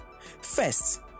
First